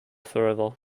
forever